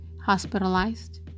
hospitalized